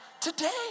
Today